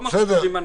לא מפקירים אנשים.